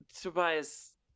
Tobias